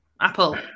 apple